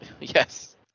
Yes